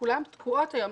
כולן תקועות היום.